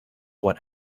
what